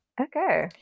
okay